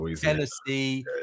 Tennessee